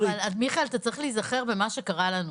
מיכאל, אתה צריך להיזכר במה שקרה לנו.